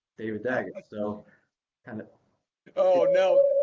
david daggett, so kind of oh no,